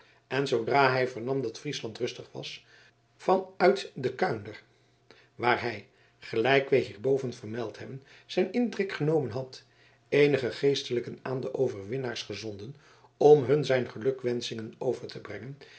en zoodra hij vernam dat friesland rustig was van uit de kuinder waar hij gelijk wij hierboven vermeld hebben zijn intrek genomen had eenige geestelijken aan de overwinnaars gezonden om hun zijn gelukwenschingen over te brengen